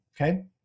Okay